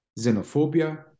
xenophobia